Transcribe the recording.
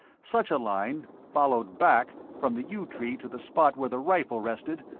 such a line, followed back from the yew tree to the spot where the rifle rested,